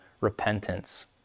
repentance